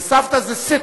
וסבתא זה "סִת".